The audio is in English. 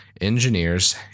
engineers